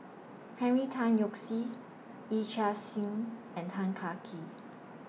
Henry Tan Yoke See Yee Chia Hsing and Tan Kah Kee